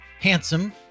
handsome